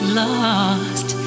lost